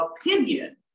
opinion